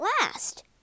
last